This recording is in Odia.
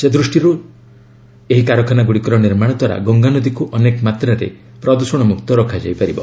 ସେ ଦୃଷ୍ଟିରୁ ଏହି କାରଖାନାଗୁଡ଼ିକର ନିର୍ମାଣ ଦ୍ୱାରା ଗଙ୍ଗାନଦୀକୁ ଅନେକ ମାତ୍ରାରେ ପ୍ରଦ୍ଷଣ ମୁକ୍ତ ରଖାଯାଇ ପାରିବ